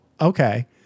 okay